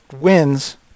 wins